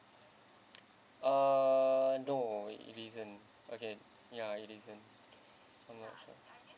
uh no it isn't okay ya it isn't I'm not sure